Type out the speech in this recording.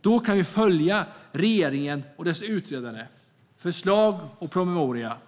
Då kan vi följa regeringen och dess utredare, förslag och promemorior.